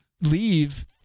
leave